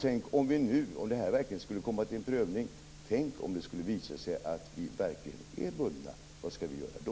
Tänk om det verkligen skulle komma till en prövning och det skulle visa sig att vi verkligen är bundna! Vad skall vi göra då?